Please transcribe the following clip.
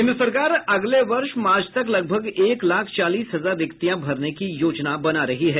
केन्द्र सरकार अगले वर्ष मार्च तक लगभग एक लाख चालीस हजार रिक्तियां भरने की योजना बना रही हैं